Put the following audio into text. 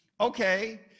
Okay